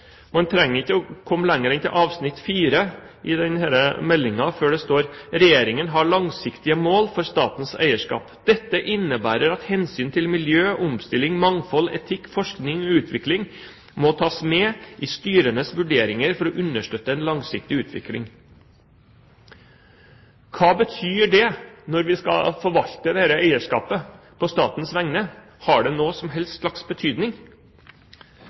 avsnitt 4 i denne meldingen før det står: «Regjeringen har langsiktige mål for statens eierskap. Dette innebærer at hensyn til miljø, omstilling, mangfold, etikk, forskning og utvikling må tas med i styrenes vurderinger for å understøtte en langsiktig utvikling.» Hva betyr det når vi skal forvalte dette eierskapet på statens vegne? Har det noen som helst betydning?